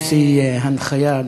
הוציא הנחיה,